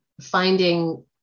finding